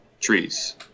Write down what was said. trees